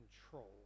control